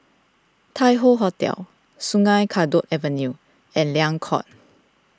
Tai Hoe Hotel Sungei Kadut Avenue and Liang Court